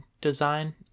design